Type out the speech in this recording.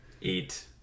eat